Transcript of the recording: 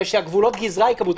אלא שגבולות הגזרה ייקבעו.